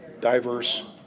diverse